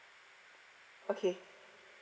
okay